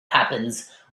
happens